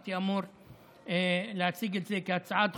הייתי אמור להציג את זה כהצעה דחופה,